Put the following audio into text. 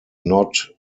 not